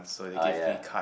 ah ya